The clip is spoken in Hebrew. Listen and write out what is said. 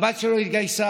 הבת שלו התגייסה